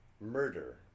murder